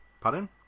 Pardon